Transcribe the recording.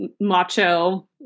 macho